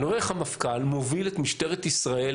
אני רואה איך המפכ"ל מוביל את משטרת ישראל.